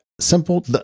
simple